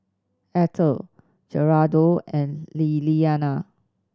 Ether Gerardo and Liliana